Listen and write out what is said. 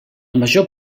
major